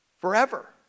forever